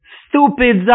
stupid